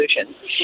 solutions